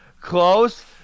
close